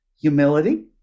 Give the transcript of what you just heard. humility